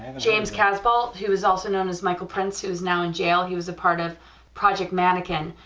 james casbolt, who is also known as michael prince who is now in jail, he was a part of project mannequin,